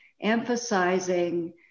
emphasizing